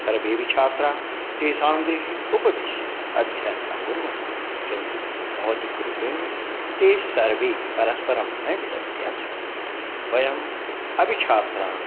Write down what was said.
सर्वेऽपि छात्राः तेषां गृहे उपविश्य अध्ययनम् अकुर्वन् किन्तु भवती कृपेण ते सर्वे परस्परं न मिलन्ति आसं वयम् अपि छात्रान्